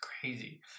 crazy